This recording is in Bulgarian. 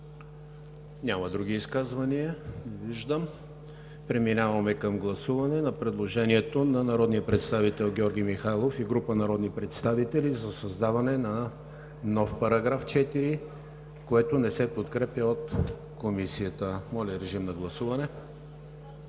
Няма други изказвания. Преминаваме към гласуване на предложението на народния представител Георги Михайлов и група народни представители за създаване на нов § 4, което не се подкрепя от Комисията. Гласували